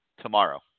tomorrow